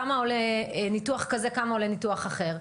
כמה עולה ניתוח כזה וכמה עולה ניתוח אחר.